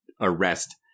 arrest